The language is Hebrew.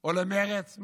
או למרצ?